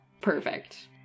perfect